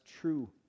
true